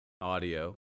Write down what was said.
audio